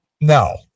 no